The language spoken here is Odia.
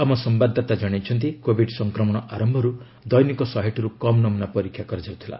ଆମ ସମ୍ଭାଦଦାତା ଜଣାଇଛନ୍ତି କୋଭିଡ୍ ସଂକ୍ମଣ ଆରମ୍ଭର୍ ଦୈନିକ ଶହେଟିର୍ କମ୍ ନମ୍ରନା ପରୀକ୍ଷା କରାଯାଉଥିଲା